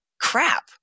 crap